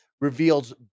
reveals